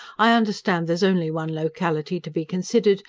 i understand there's only one locality to be considered,